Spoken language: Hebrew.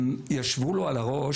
הם ישבו לו על הראש.